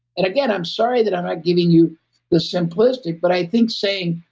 and again, i'm sorry that i'm not giving you the simplistic. but i think saying,